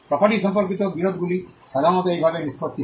property সম্পর্কিত বিরোধগুলি সাধারণত এইভাবে নিষ্পত্তি হয়